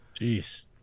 Jeez